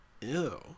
ew